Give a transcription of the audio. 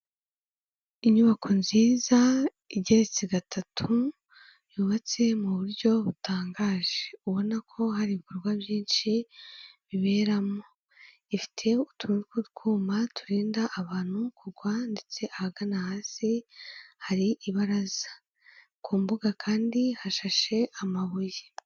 Inyubako nziza igeretse gatatu, yubatse mu buryo butangaje, ubona ko hari ibikorwa byinshi biberamo, ifite utuntu tw'utwuma turinda abantu kugwa ndetse ahagana hasi hari ibaraza, ku mbuga kandi hashashe amabuye.